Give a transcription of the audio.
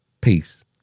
peace